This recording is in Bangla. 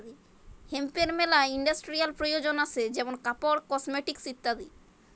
হেম্পের মেলা ইন্ডাস্ট্রিয়াল প্রয়জন আসে যেমন কাপড়, কসমেটিকস ইত্যাদি